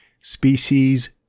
Species